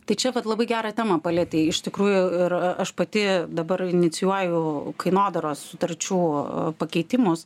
tai čia vat labai gerą temą palietei iš tikrųjų ir aš pati dabar inicijuoju kainodaros sutarčių pakeitimus